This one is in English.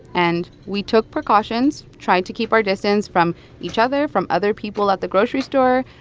and we took precautions, tried to keep our distance from each other, from other people at the grocery store,